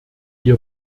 ihr